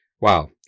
wow